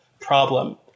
problem